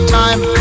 time